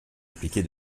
appliqué